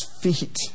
feet